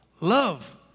love